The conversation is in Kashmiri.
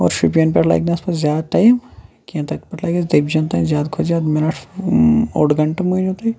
اور شُپیَن پیٚٹھ لَگہ نہٕ اسہِ پَتہٕ زیاد ٹایم کینٛہہ تتہِ پیٚٹھ لَگہِ اَسہِ دٔبجَن تانۍ زیاد کھۄتہ زیاد مِنِٹھ اوٚڑ گنٹہٕ مٲنِو تُہۍ